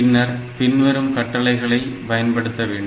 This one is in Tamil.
பின்னர் பின்வரும் கட்டளைகளை பயன்படுத்த வேண்டும்